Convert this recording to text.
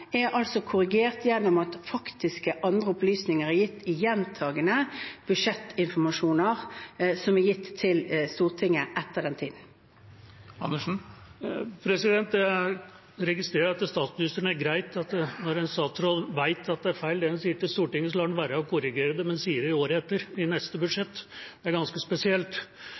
altså er korrigert gjennom at andre faktiske opplysninger er gitt i gjentagende budsjettinformasjon som er gitt til Stortinget etter den tiden. Jeg registrerer at statsministeren syns det er greit at en statsråd vet at det er feil det en sier til Stortinget, lar være å korrigere det, men sier det året etter, i neste budsjett. Det er ganske spesielt.